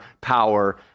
power